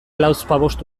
lauzpabost